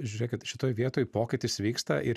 žiūrėkit šitoj vietoj pokytis vyksta ir